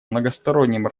многостороннем